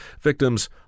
Victims